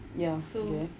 ya okay